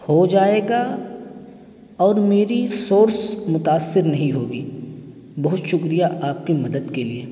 ہو جائے گا اور میری سورس متاثر نہیں ہوگی بہت شکریہ آپ کی مدد کے لیے